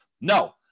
no